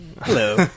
Hello